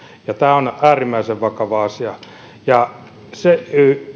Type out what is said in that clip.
tämä on äärimmäisen vakava asia